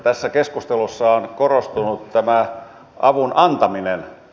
tässä keskustelussa on korostunut tämä avun antaminen